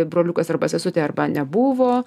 broliukas arba sesutė arba nebuvo